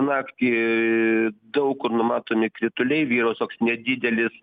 naktį daug kur numatomi krituliai vyraus toks nedidelis